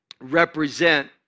represent